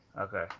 Okay